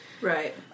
right